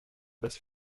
base